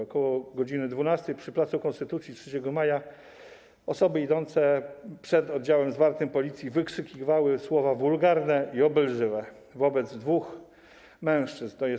Około godz. 12 przy placu Konstytucji 3 Maja osoby idące przed oddziałem zwartym policji wykrzykiwały słowa wulgarne i obelżywe wobec dwóch mężczyzn, tj.